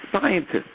Scientists